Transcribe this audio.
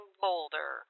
boulder